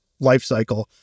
lifecycle